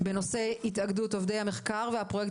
נושא התאגדות עובדי המחקר והפרויקט